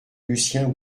lucien